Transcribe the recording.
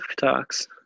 talks